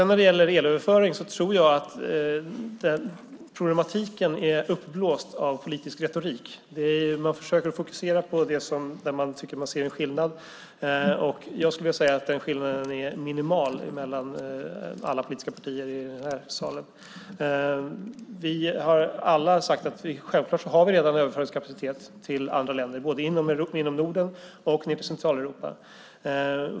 När det gäller elöverföring tror jag att problemet är uppblåst av politisk retorik. Man försöker fokusera på det där man tycker att man ser en skillnad. Jag skulle vilja säga att den skillnaden är minimal mellan alla politiska partier i den här salen. Vi har alla sagt att vi redan har kapacitet för överföring till andra länder både inom Norden och till Centraleuropa.